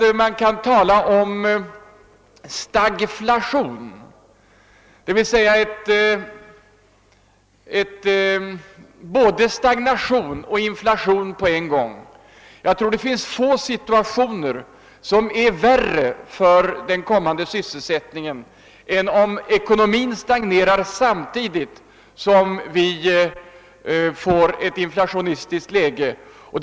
Man kan tala om >stagflation>, dvs. både stagnation och inflation på en gång. Jag tror att få situationer är värre för den kommande sysselsättningen än om ekonomin stagnerar samtidigt som vi får en inflationistisk utveckling.